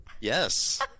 Yes